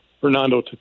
fernando